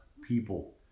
people